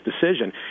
decision